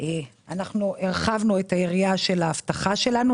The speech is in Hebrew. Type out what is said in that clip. אנחנו הרחבנו את היריעה של האבטחה שלנו.